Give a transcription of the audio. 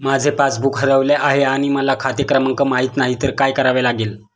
माझे पासबूक हरवले आहे आणि मला खाते क्रमांक माहित नाही तर काय करावे लागेल?